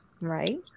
right